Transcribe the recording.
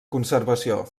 conservació